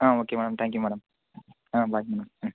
ஆ okay madam thank you madam bye madam ம்